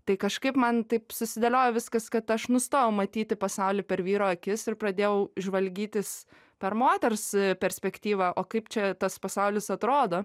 tai kažkaip man taip susidėliojo viskas kad aš nustojau matyti pasaulį per vyro akis ir pradėjau žvalgytis per moters perspektyvą o kaip čia tas pasaulis atrodo